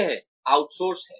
यह आउटसोर्स है